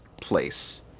place